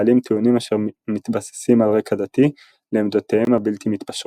מעלים טיעונים אשר מתבססים על רקע דתי לעמדותיהם הבלתי מתפשרות.